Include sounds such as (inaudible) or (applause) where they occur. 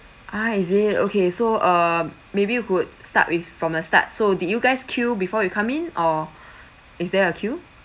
ah is it okay so err maybe you could start with from the start so did you guys queue before you come in or (breath) is there a queue